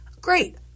Great